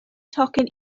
tocyn